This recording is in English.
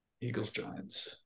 Eagles-Giants